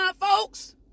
folks